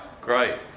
great